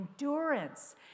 endurance